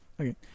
Okay